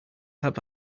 have